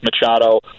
Machado